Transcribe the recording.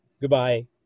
Goodbye